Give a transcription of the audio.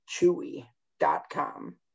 Chewy.com